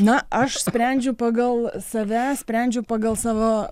na aš sprendžiu pagal save sprendžiu pagal savo